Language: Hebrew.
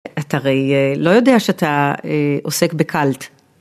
אתה הרי, לא יודע שאתה עוסק בקאלט.